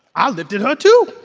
i lifted her too,